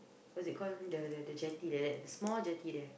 what's it call the the jetty like that the small jetty there